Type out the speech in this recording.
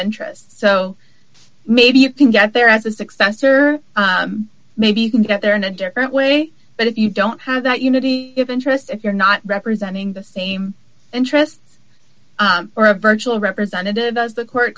interest so maybe you can get there as a successor maybe you can get there in a different way but if you don't have that unity if interest if you're not representing the same interests or a virtual representative as the court